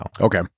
Okay